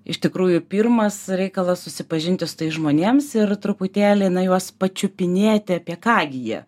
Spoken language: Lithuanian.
iš tikrųjų pirmas reikalas susipažinti su tais žmonėms ir truputėlį na juos pačiupinėti apie ką gi jie